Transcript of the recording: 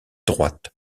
droite